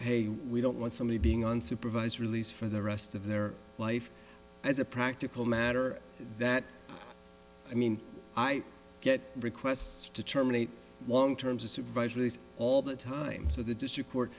hey we don't want somebody being on supervised release for the rest of their life as a practical matter that i mean i get requests to terminate long terms of supervised release all the time so the district court